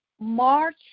march